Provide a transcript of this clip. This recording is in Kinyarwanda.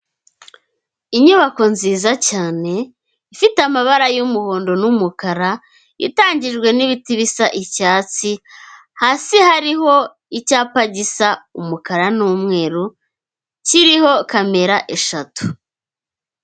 Inyubako nziza cyane ifite amabara y'umuhondo n'umukara, itangijwe n'ibiti bisa icyatsi, hasi hariho icyapa gisa umukara n'umweru kiriho kamera eshatu.